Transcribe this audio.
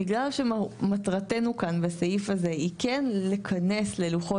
בגלל שמטרתנו כאן בסעיף הזה היא כן לכנס ללוחות